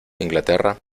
inglaterra